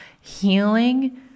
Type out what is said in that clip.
healing